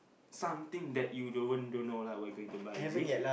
something that you don't don't know lah what you're going to buy is it